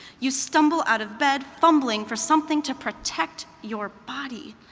you stumble out of bed, fumbling for something to protect your body.